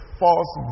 false